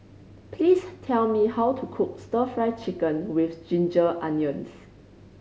please tell me how to cook Stir Fry Chicken with ginger onions